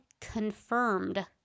confirmed